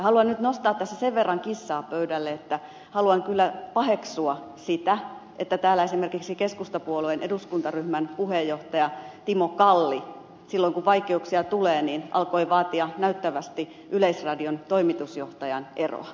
haluan nyt nostaa tässä sen verran kissaa pöydälle että haluan kyllä paheksua sitä että täällä esimerkiksi keskustapuolueen eduskuntaryhmän puheenjohtaja timo kalli silloin kun vaikeuksia tuli alkoi vaatia näyttävästi yleisradion toimitusjohtajan eroa